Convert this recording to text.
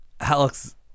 Alex